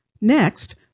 Next